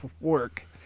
work